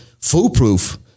foolproof